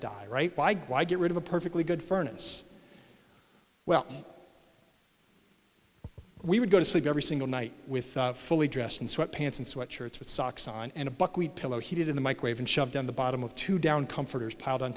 die right why get rid of a perfectly good furnace well we would go to sleep every single night with fully dressed in sweat pants and sweat shirts with socks on and a buckwheat pillow heated in the microwave and shoved down the bottom of two down comforters piled on